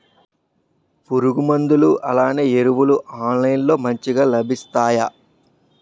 పురుగు మందులు అలానే ఎరువులు ఆన్లైన్ లో మంచిగా లభిస్తాయ?